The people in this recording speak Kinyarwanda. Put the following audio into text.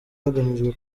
hagamijwe